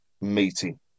meeting